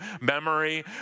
memory